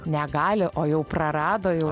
ne gali o jau prarado jau